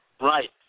Right